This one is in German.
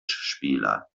spieler